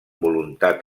voluntat